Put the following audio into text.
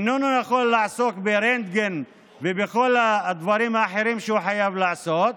איננו יכול לעסוק ברנטגן ובכל הדברים האחרים שהוא חייב לעשות.